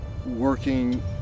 working